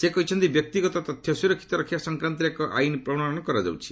ସେ କହିଛନ୍ତି ବ୍ୟକ୍ତିଗତ ତଥ୍ୟ ସୁରକ୍ଷିତ ରଖିବା ସଂକ୍ରାନ୍ତରେ ଏକ ଆଇନ ପ୍ରସ୍ତୁତ କରାଯାଉଛି